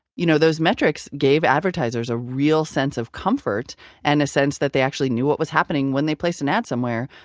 you know those metrics gave advertisers a real sense of comfort and a sense that they actually knew what was happening when they placed an ad somewhere.